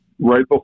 right